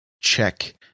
check